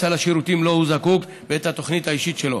את סל השירותים שהוא זקוק לו ואת התוכנית האישית שלו.